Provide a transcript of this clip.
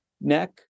neck